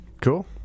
cool